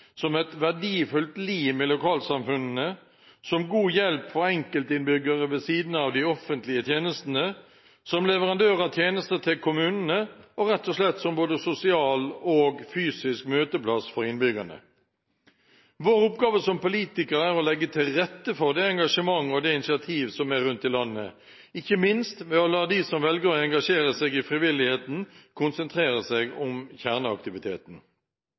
som et verdifullt lim i lokalsamfunnene, som god hjelp for enkeltinnbyggere ved siden av de offentlige tjenestene, som leverandør av tjenester til kommunene og rett og slett som en sosial og fysisk møteplass for innbyggerne. Vår oppgave som politikere er å legge til rette for det engasjementet og det initiativet som er rundt i landet, ikke minst ved å la dem som velger å engasjere seg i frivilligheten, konsentrere seg om kjerneaktiviteten.